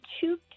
two